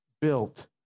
built